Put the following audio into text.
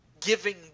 giving